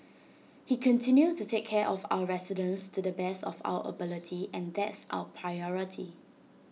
he continue to take care of our residents to the best of our ability and that's our priority